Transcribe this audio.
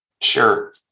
Sure